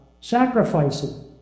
sacrificing